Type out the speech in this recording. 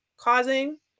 causing